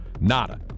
Nada